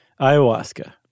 ayahuasca